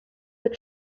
your